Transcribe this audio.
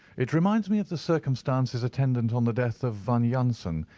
it reminds me of the circumstances attendant on the death of van jansen,